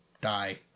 die